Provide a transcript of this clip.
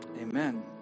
Amen